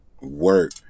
work